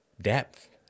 depth